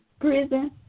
prison